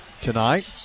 tonight